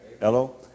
Hello